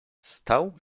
stał